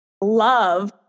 love